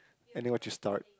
ending what you start